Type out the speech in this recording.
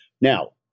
Now